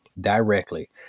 directly